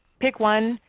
pick one,